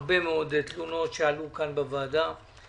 הרבה מאוד תלונות שעלו כאן בוועדה,